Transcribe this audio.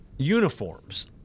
uniforms